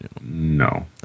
No